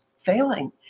failing